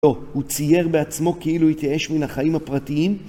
הוא צייר בעצמו כאילו התייאש מן החיים הפרטיים?